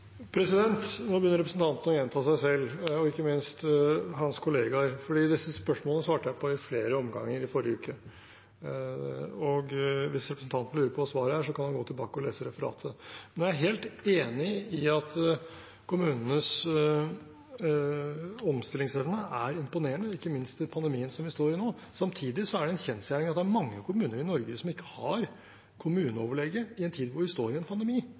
Nå begynner representanten å gjenta seg selv, ikke minst hans kollegaer. Disse spørsmålene svarte jeg på i flere omganger i forrige uke. Hvis representanten lurer på hva svaret er, kan han gå tilbake og lese referatet. Jeg er helt enig i at kommunenes omstillingsevne er imponerende, ikke minst i den pandemien vi står i nå. Samtidig er det en kjensgjerning at det er mange kommuner i Norge som ikke har kommuneoverlege i en tid hvor vi står i en pandemi.